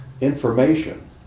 information